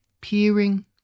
Peering